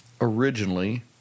originally